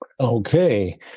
Okay